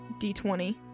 d20